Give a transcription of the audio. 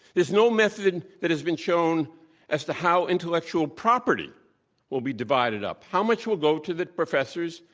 there's no method that has been shown as to how intellectual property will be divided up, how much will go to the professors,